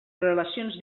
relacions